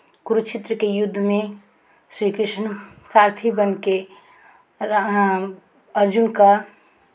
कुरुक्षेत्र के युद्ध में श्री कृष्ण सारथी बन के अर्जुन का